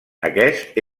aquest